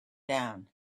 down